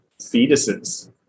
fetuses